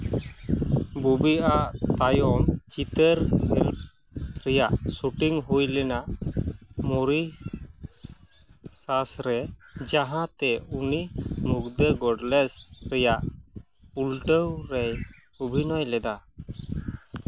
ᱵᱚᱵᱤᱭᱟᱜ ᱛᱟᱭᱚᱢ ᱪᱤᱛᱟᱹᱨ ᱨᱮᱭᱟᱜ ᱥᱩᱴᱤᱝ ᱦᱩᱭ ᱞᱮᱱᱟ ᱢᱚᱨᱤᱥᱟᱥ ᱨᱮ ᱡᱟᱦᱟᱸᱛᱮ ᱩᱱᱤ ᱢᱩᱜᱽᱫᱷᱟᱹ ᱜᱚᱰᱞᱮᱥ ᱨᱮᱭᱟᱜ ᱩᱞᱴᱟᱹᱣ ᱨᱮᱭ ᱚᱵᱷᱤᱱᱚᱭ ᱞᱮᱫᱟ